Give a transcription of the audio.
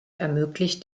ermöglicht